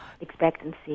expectancy